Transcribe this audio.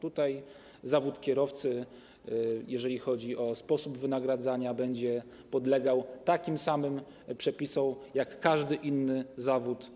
Tutaj zawód kierowcy, jeżeli chodzi o sposób wynagradzania, będzie podlegał takim samym przepisom jak każdy inny zawód.